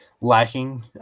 lacking